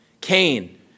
Cain